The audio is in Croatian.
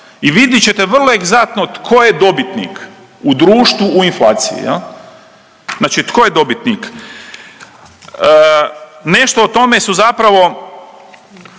I vidjet ćete vrlo egzaktno tko je dobitnik u društvu u inflaciji jel. Znači tko je dobitnik. Nešto o tome su zapravo,